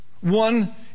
one